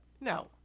No